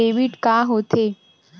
Debit का होथे?